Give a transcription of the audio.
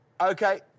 Okay